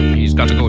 he's got an